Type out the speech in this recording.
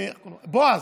בועז,